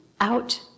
out